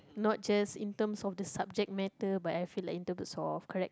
not just in terms of the subject matter but I feel like in terms of correct